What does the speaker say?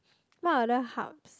what other hubs